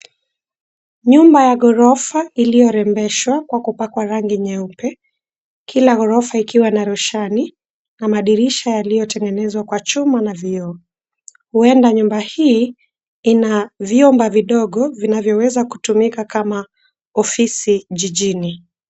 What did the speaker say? Nyumba ya ghorofa iliyorembeshwa kwa kupakwa rangi nyeupe. Kila ghorofa ikiwa na roshani, na madirisha yaliyotengenezwa kwa chuma na vioo. Huenda nyumba hii ina vyumba vidogo, vinavyoweza kutumika kama ofisi, jijini.